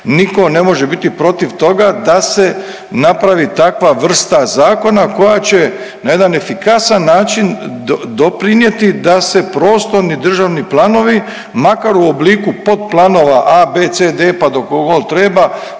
nitko ne može biti protiv toga da se napravi takva vrsta zakona koja će na jedan efikasan način doprinijeti da se prostorni državni planovi makar u obliku pod planova A, B, C, D pa dokle god treba